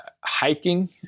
hiking